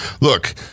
Look